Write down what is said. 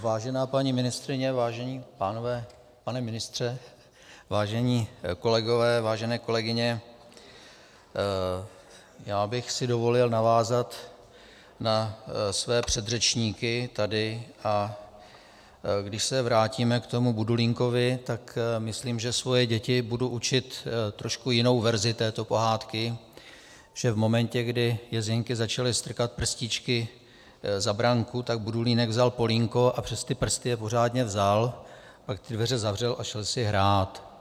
Vážená paní ministryně, vážení pánové, pane ministře, vážení kolegové, vážené kolegyně, já bych si dovolil navázat na své předřečníky tady, a když se vrátíme k tomu Budulínkovi, tak myslím, že svoje děti budou učit trošku jinou verzi této pohádky, že v momentě, kdy jezinky začaly strkat prstíčky za branku, tak Budulínek vzal polínko a přes ty prsty je pořádně vzal, pak ty dveře zavřel a šel si hrát.